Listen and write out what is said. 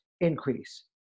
increase